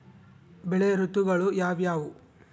ಬೆಳೆ ಋತುಗಳು ಯಾವ್ಯಾವು?